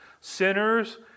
Sinners